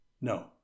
No